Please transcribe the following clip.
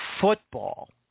football